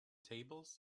tables